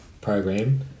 program